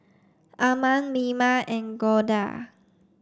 Arman Mima and Goldia